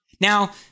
now